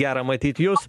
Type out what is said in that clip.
gera matyt jus